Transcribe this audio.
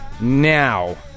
Now